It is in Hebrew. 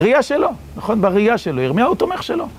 בראייה שלו, נכון? בראייה שלו, ירמיהו תומך שלו.